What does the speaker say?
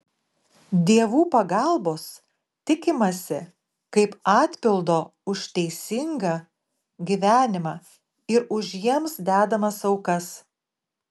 dievų pagalbos tikimasi kaip atpildo už teisingą gyvenimą ir už jiems dedamas aukas